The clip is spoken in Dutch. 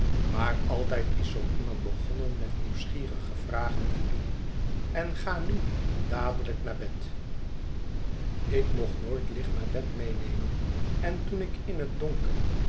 maar altijd is zoo iemand begonnen met nieuwsgierige vragen te doen en ga nu dadelijk naar bed ik mocht nooit licht naar bedmeenemen en toen ik in het donker